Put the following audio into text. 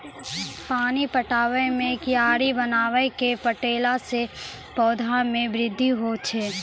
पानी पटाबै मे कियारी बनाय कै पठैला से पौधा मे बृद्धि होय छै?